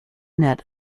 net